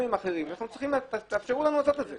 ועם אחרים ותאפשרו לנו לעשות את זה.